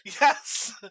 Yes